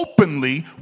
openly